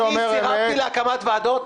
אני סירבתי להקמת ועדות?